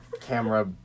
camera